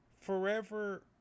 Forever